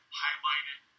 highlighted